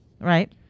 Right